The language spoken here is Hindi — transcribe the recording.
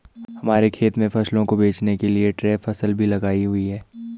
हमारे खेत में फसलों को बचाने के लिए ट्रैप फसल भी लगाई हुई है